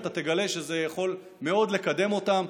אתה תגלה שזה יכול מאוד לקדם אותם.